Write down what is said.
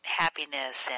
happiness